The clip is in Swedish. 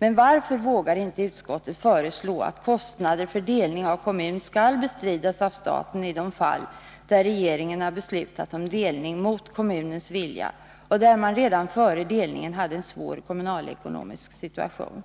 Men varför vågar inte utskottet föreslå att kostnader för delning av kommun skall bestridas av staten i de fall där regeringen beslutat om delning mot kommunens vilja och där man redan före delningen hade en svår kommunalekonomisk situation?